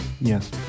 Yes